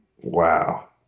Wow